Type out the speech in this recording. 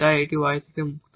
তাই এটি y থেকে মুক্ত